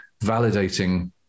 validating